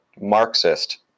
Marxist